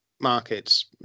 markets